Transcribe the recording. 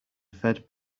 fed